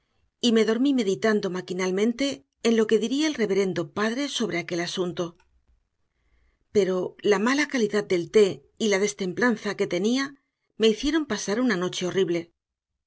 y me dormí meditando maquinalmente en lo que diría el reverendo padre sobre aquel asunto pero la mala calidad del té y la destemplanza que tenía me hicieron pasar una noche horrible